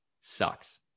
Sucks